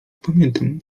pamiętam